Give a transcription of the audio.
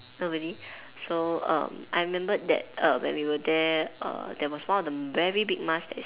oh really so um I remembered that err when we were there err there was one of the very big masks that is